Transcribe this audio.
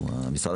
משרד